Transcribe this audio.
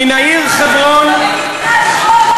מן העיר חברון, זו מדינת חוק.